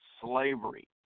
slavery